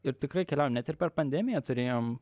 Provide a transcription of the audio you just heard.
ir tikrai keliavom net per pandemiją turėjom